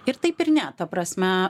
ir taip ir ne ta prasme